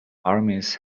armies